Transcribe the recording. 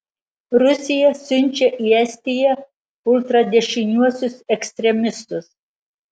rusija siunčia į estiją ultradešiniuosius ekstremistus